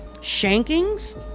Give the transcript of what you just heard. shankings